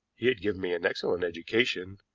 he had given me an excellent education,